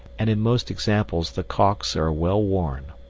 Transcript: and in most examples the calks are well worn.